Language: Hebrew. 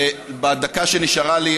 בדקה שנשארה לי,